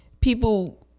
people